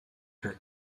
her